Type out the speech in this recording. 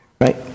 Right